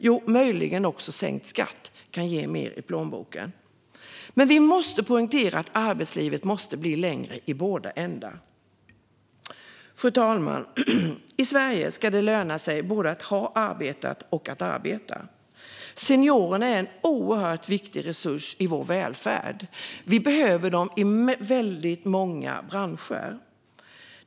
Jo, möjligen kan också sänkt skatt ge mer i plånboken. Men vi måste poängtera att arbetslivet måste bli längre i båda ändar. Fru talman! I Sverige ska det löna sig både att ha arbetat och att arbeta. Seniorerna är en oerhört viktig resurs i vår välfärd. Vi behöver dem i väldigt många branscher.